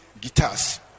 guitars